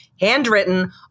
handwritten